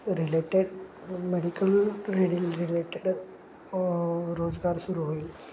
related medical रिले related रोजगार सुरू होईल